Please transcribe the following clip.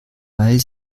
weil